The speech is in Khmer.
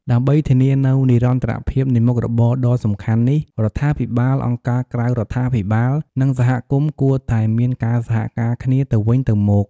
ដើម្បីធានានូវនិរន្តរភាពនៃមុខរបរដ៏សំខាន់នេះ រដ្ឋាភិបាល អង្គការក្រៅរដ្ឋាភិបាល និងសហគមន៍គួរតែមានការសហការគ្នាទៅវិញទៅមក។